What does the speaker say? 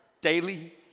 Daily